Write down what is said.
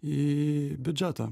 į biudžetą